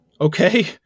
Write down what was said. Okay